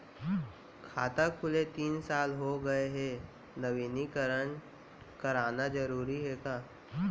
खाता खुले तीन साल हो गया गये हे नवीनीकरण कराना जरूरी हे का?